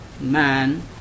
man